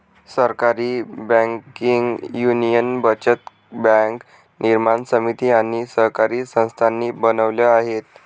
सहकारी banking union बचत बँका निर्माण समिती आणि सहकारी संस्थांनी बनवल्या आहेत